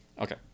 Okay